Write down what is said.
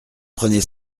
prenez